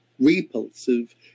repulsive